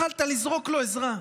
יכולת לזרוק לו עזרה,